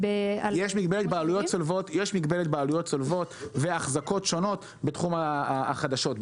יש מגבלת בעלויות צולבות והחזקות שונות בתחום החדשות,